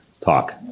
talk